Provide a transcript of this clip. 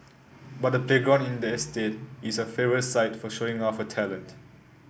but the playground in the estate is her favourite site for showing off her talent